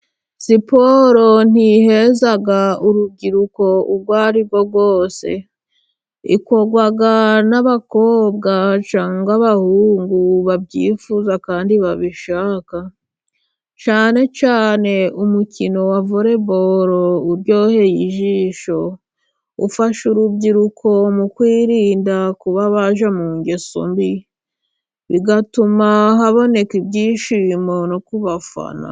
Siporo ntiheza urubyiruko urwo ari rwo rwose. Ikorwa n'abakobwa cyangwa abahungu babyifuza, kandi babishaka cyane cyane umukino wa volebolo uryoheye ijisho. Ufasha urubyiruko mu kwirinda kuba bajya mu ngeso mbi, bigatuma haboneka ibyishimo no ku babafana.